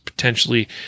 potentially